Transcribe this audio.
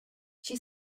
chi